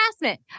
harassment